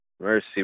Mercy